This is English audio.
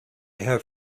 have